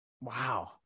Wow